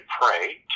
pray